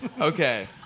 Okay